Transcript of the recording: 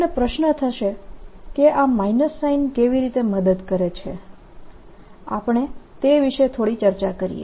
તમને પ્રશ્ન થશે કે આ માઈનસ સાઇન કેવી રીતે મદદ કરે છે આપણે તે વિશે થોડી ચર્ચા કરીએ